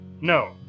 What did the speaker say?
No